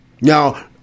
Now